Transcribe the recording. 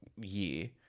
year